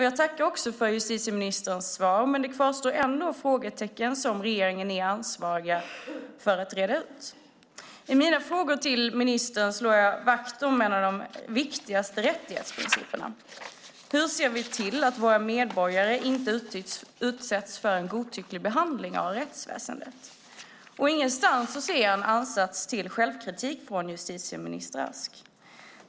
Jag tackar för justitieministerns svar, men det kvarstår ändå frågetecken som regering är ansvarig för att reda ut. I mina frågor till ministern slår jag vakt om en av de viktigaste rättssäkerhetsprinciperna: Hur ser vi till att våra medborgare inte utsätts för en godtycklig behandling av rättsväsendet? Ingenstans ser jag en ansats till självkritik från justitieminister Ask.